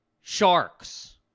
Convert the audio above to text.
sharks